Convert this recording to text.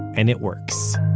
and it works